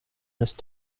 must